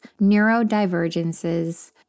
neurodivergences